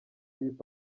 hip